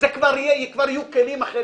כבר יהיו כלים אחרים.